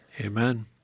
Amen